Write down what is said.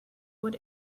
what